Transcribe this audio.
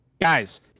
guys